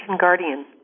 guardian